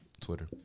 Twitter